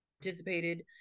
participated